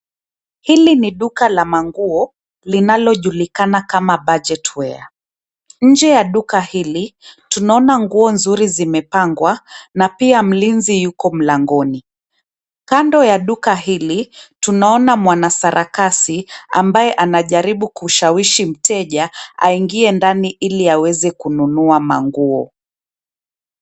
Hili ni duka la manguo linalojulikana kama Budget Wear . Nje ya duka hili tunaona nguo nzuri zimepangwa na pia mlinzi yuko mlangoni. Kando ya duka hili tunaona mwanasarakasi ambaye anajaribu kushawishi mteja aingie ndani ili aweze kununua manguo.